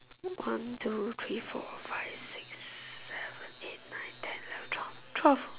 one two three four five six seven eight nine ten eleven twelve twelve